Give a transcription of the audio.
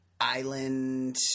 island